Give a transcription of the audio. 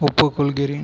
ஒப்புக்கொள்கிறேன்